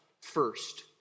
first